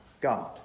God